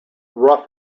rough